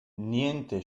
niente